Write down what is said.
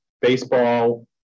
baseball